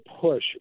push